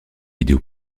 vidéo